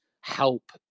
help